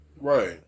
Right